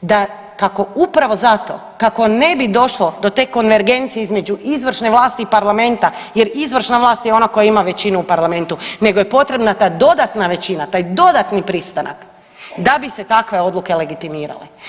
da kako upravo zato kako ne bi došlo do te konvergencije između izvršne vlasti i parlamenta jer izvršna vlast je ona koja ima većinu u parlamentu nego je potrebna ta dodatna većina, taj dodatni pristanak da bi se takve odluke legitimirale.